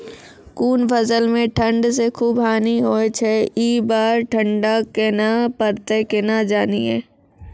कुछ फसल मे ठंड से खूब हानि होय छैय ई बार ठंडा कहना परतै केना जानये?